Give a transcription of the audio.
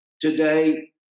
today